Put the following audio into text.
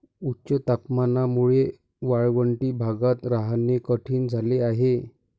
उच्च तापमानामुळे वाळवंटी भागात राहणे कठीण झाले आहे